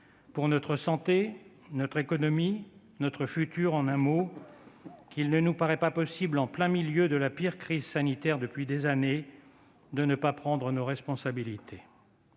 pour notre santé, pour notre économie, pour notre futur en un mot, qu'il ne nous paraît pas possible, en plein milieu de la pire crise sanitaire depuis des années, de ne pas prendre nos responsabilités.